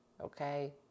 okay